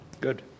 good